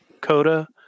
Coda